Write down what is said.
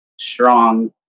strong